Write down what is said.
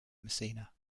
messina